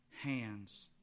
hands